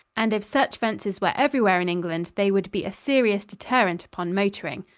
and if such fences were everywhere in england they would be a serious deterrent upon motoring.